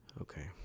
Okay